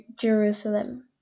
Jerusalem